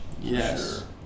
Yes